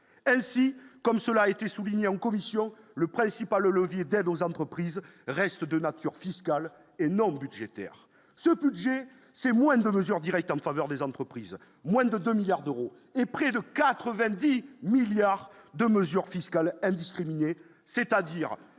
si, comme cela a été souligné en commission, le principal le levier d'aide aux entreprises reste de nature fiscale non budgétaires, ce que j'ai, c'est moins de mesures directes en faveur des entreprises moins de 2 milliards d'euros et près de 90 milliards de mesures fiscales, elles discriminer c'est-à-dire